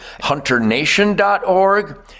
HunterNation.org